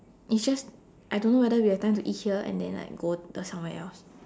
it's just I don't know whether we have time to eat here and then like go the somewhere else